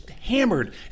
hammered